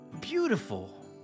beautiful